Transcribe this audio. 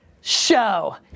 Show